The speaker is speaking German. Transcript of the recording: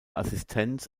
assistent